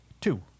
Two